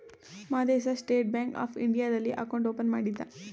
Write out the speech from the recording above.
Madesha State Bank of ಇಂಡಿಯಾದಲ್ಲಿ account open ಮಾಡಿದ್ದ